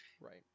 Right